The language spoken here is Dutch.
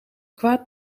kwaad